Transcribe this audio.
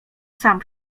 sam